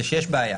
היא שיש בעיה,